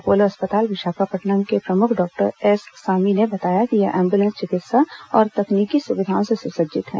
Apollo अस्पताल विशाखापट्नम के प्रमुख डॉक्टर एस सामी ने बताया कि यह एंबुलेंस चिकित्सा और तकनीकी सुविधाओं से सुसज्जित है